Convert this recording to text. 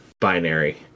binary